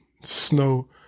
snow